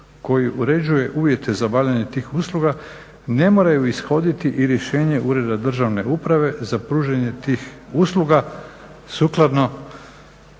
koji uređuje uvjete za bavljenje tih usluga, ne moraju ishoditi i rješenje uredbe Državne uprave za pružanje tih usluga sukladno